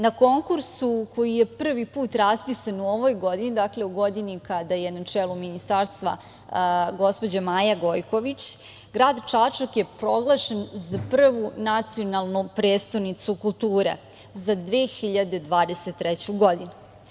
Na konkursu koji je prvi put raspisan u ovoj godini, dakle, u godini kada je na čelu Ministarstva gospođa Maja Gojković, grad Čačak je proglašen za prvu nacionalnu prestonicu kulture za 2023. godinu.